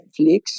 Netflix